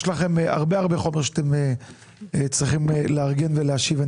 יש לכם הרבה חומר שאתם צריכים לארגן ולהשיב עליו.